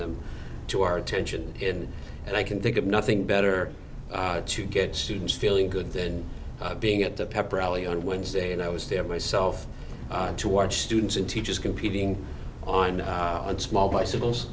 them to our attention in and i can think of nothing better to get students feeling good than being at the pep rally on wednesday and i was there myself to watch students and teachers competing on a small bicycles